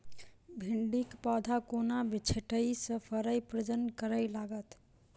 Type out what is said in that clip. भिंडीक पौधा कोना छोटहि सँ फरय प्रजनन करै लागत?